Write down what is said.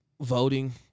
voting